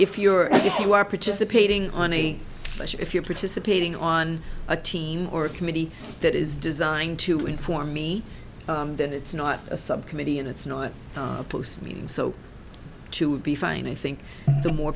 if you're if you are participating on e if you're participating on a team or a committee that is designed to inform me that it's not a subcommittee and it's not a meeting so to be fine i think the more